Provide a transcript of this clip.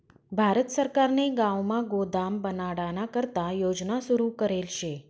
भारत सरकारने गावमा गोदाम बनाडाना करता योजना सुरू करेल शे